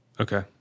Okay